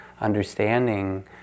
understanding